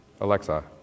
Alexa